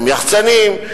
עם יחצנים,